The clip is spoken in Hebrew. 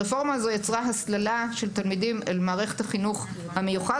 הרפורמה הזו יצרה הסללה של תלמידים למערכת החינוך המיוחד,